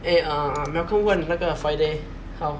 eh uh malcolm 问那个 friday how